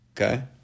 Okay